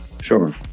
Sure